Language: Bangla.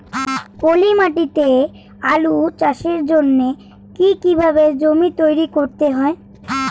পলি মাটি তে আলু চাষের জন্যে কি কিভাবে জমি তৈরি করতে হয়?